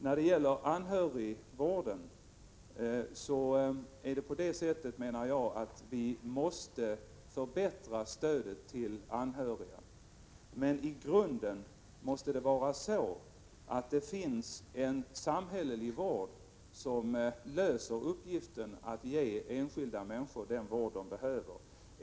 Vad beträffar anhörigvården måste vi enligt min mening förbättra stödet till de anhöriga. Men i grunden måste det finnas en samhällelig vård som svarar för uppgiften att ge enskilda människor den vård de behöver.